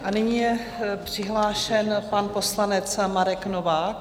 A nyní je přihlášen pan poslanec Marek Novák.